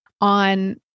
on